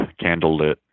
candlelit